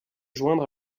joindre